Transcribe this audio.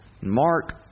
Mark